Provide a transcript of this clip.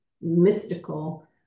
mystical